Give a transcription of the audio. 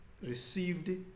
received